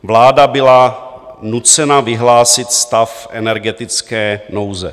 Vláda byla nucena vyhlásit stav energetické nouze.